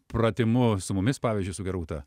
pratimu su mumis pavyzdžiui su gerūta